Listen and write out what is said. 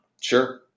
Sure